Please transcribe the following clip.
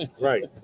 Right